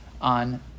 on